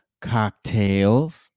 cocktails